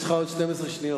יש לך עוד 12 שניות.